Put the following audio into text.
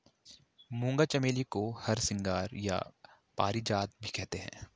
मूंगा चमेली को हरसिंगार या पारिजात भी कहते हैं